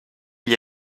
gli